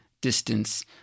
distance